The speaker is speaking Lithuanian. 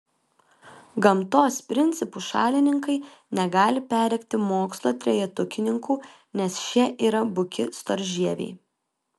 gamtos principų šalininkai negali perrėkti mokslo trejetukininkų nes šie yra buki storžieviai